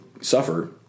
suffer